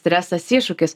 stresas iššūkis